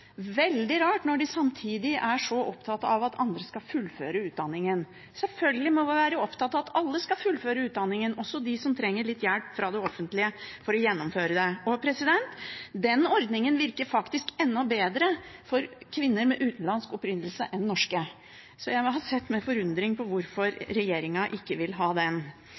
veldig rart når de samtidig er så opptatt av at andre skal fullføre utdanningen. Selvfølgelig må man være opptatt av at alle skal få fullføre utdanningen, også de som trenger litt hjelp fra det offentlige for å gjennomføre det. Den ordningen virker faktisk enda bedre for kvinner av utenlandsk opprinnelse enn for norske. Jeg har sett med forundring på hvorfor regjeringen ikke vil ha den.